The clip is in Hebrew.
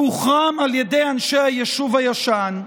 שהוחרם על ידי אנשי היישוב הישן,